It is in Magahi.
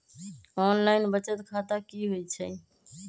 ऑनलाइन बचत खाता की होई छई?